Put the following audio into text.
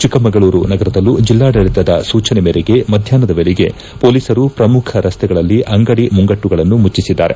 ಚಿಕ್ಕಮಗಳೂರು ನಗರದಲ್ಲೂ ಜಿಲ್ಲಾಡಳಿತದ ಸೂಚನೆ ಮೇರೆಗೆ ಮಧ್ಯಾಹ್ನದ ವೇಳಿಗೆ ಹೊಲೀಸರು ಪ್ರಮುಖ ರಸ್ತೆಗಳಲ್ಲಿ ಅಂಗಡಿ ಮುಂಗಟ್ಟುಗಳನ್ನು ಮುಟ್ಟಿಸಿದ್ದಾರೆ